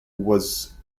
was